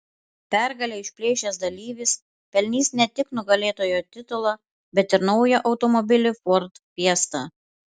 pergalę išplėšęs dalyvis pelnys ne tik nugalėtojo titulą bet ir naują automobilį ford fiesta